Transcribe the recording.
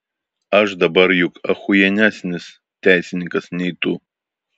aš dabar juk achujienesnis teisininkas nei tu